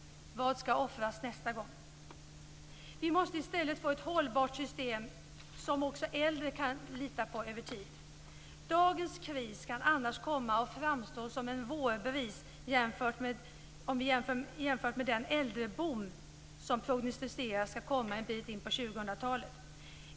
Vad skall offras nästa gång? Vi måste i stället få ett hållbart system som också äldre kan lita på över tiden. Dagens kris kan annars komma att framstå som en vårbris vid den äldreboom som prognostiseras en bit in på 2000-talet.